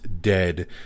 dead